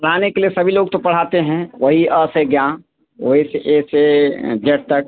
पढ़ाने के लिए सभी लोग तो पढ़ाते हैं वही आ से ज्ञा वही ए से जेड तक